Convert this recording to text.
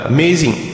Amazing